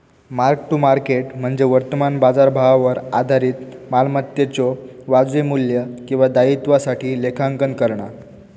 mark to market म्हणजे वर्तमान बाजारभावावर आधारित मालमत्तेच्यो वाजवी मू्ल्य किंवा दायित्वासाठी लेखांकन करणा